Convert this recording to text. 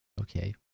Okay